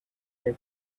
back